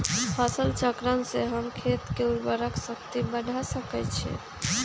फसल चक्रण से हम खेत के उर्वरक शक्ति बढ़ा सकैछि?